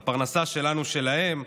הפרנסה שלנו שלהם,